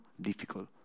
difficult